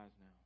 now